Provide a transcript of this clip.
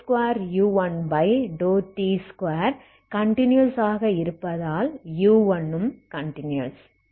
2u1x2 2u1t2கன்டினியஸ் ஆக இருப்பதால் u1 ம் கன்டினியஸ்